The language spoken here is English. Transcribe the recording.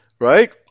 right